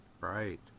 Right